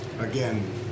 again